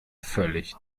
völlig